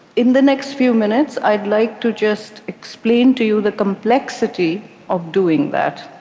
in the next few minutes, i'd like to just explain to you the complexity of doing that.